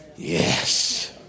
yes